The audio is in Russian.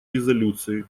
резолюции